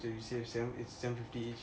so you save seven seven fifty